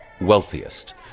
wealthiest